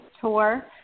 tour